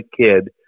kid